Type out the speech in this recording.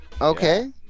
Okay